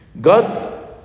God